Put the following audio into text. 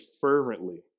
fervently